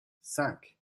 cinq